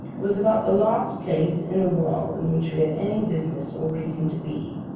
it was about the last place in the world in which we had any business or reason to be,